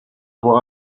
boire